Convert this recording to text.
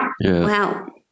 wow